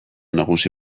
nagusi